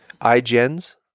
iGens